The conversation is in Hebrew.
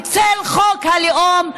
בצל חוק הלאום,